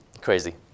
crazy